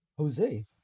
Jose